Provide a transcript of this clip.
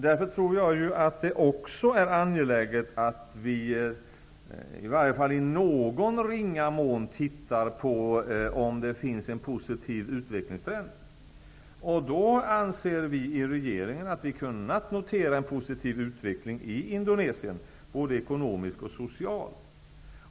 Jag tror därför att det är angeläget att vi också, i varje fall i någon ringa mån, ser efter om det finns en positiv utvecklingstrend. I regeringen anser vi att vi har kunnat notera en positiv utveckling, både ekonomiskt och socialt, i Indonesien.